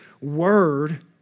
word